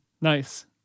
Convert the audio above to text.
Nice